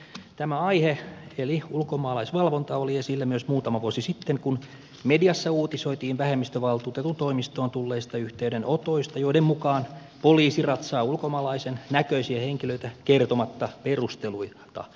tämä aihe eli ulkomaalaisvalvonta oli esillä myös muutama vuosi sitten kun mediassa uutisoitiin vähemmistövaltuutetun toimistoon tulleista yhteydenotoista joiden mukaan poliisi ratsaa ulkomaalaisen näköisiä henkilöitä kertomatta perusteluita